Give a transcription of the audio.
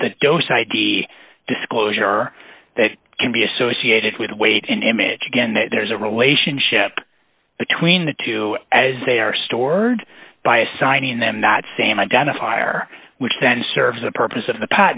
the dos id disclosure that can be associated with weight and image again there is a relationship between the two as they are stored by assigning them that same identifier which then serves the purpose of the p